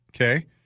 okay